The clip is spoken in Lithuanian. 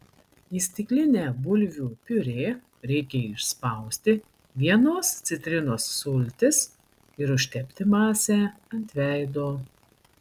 į stiklinę bulvių piurė reikia išspausti vienos citrinos sultis ir užtepti masę ant veido